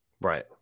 right